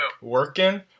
working